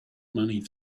money